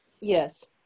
Yes